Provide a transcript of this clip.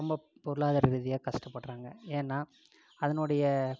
ரொம்ப பொருளாதார ரீதியாக கஷ்டப்படுறாங்க ஏனால் அதனுடைய